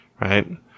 right